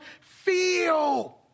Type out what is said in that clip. feel